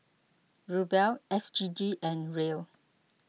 Ruble S G D and Riel